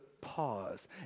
pause